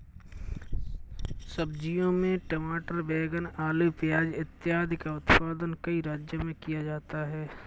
सब्जियों में टमाटर, बैंगन, आलू, प्याज इत्यादि का उत्पादन कई राज्यों में किया जाता है